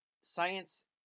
Science